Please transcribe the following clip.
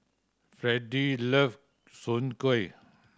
Fredy love Soon Kueh